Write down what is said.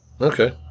Okay